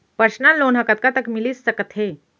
Personal loan ह कतका तक मिलिस सकथे?